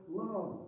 love